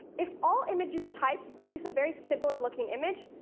if all images' types produce a very similar-looking image,